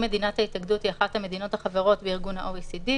מדינת ההתאגדות היא אחת המדינות החברות בארגון ה-OECD,